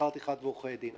שכר טרחת עורכי דין.